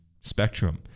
spectrum